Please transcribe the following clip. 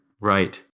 Right